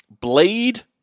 Blade